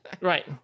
Right